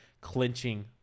clinching